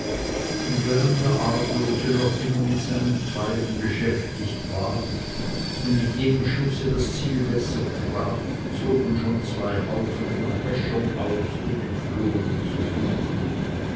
und während der arglose noch immer mit seinen pfeilen beschäftigt war und mit jedem schusse das ziel besser traf zogen schon zwei haufen von häschern aus den entflohenen zu suchen